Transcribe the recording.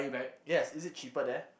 yes is it cheaper there